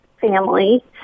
family